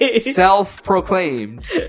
Self-proclaimed